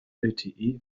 lte